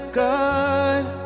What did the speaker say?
God